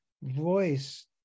Voice